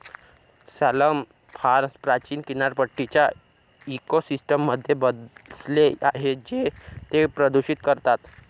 salmon farms प्राचीन किनारपट्टीच्या इकोसिस्टममध्ये बसले आहेत जे ते प्रदूषित करतात